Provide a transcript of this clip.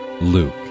Luke